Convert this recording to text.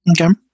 Okay